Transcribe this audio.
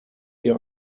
ihr